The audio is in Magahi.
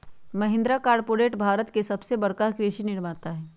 महिंद्रा कॉर्पोरेट भारत के सबसे बड़का कृषि निर्माता हई